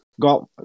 Got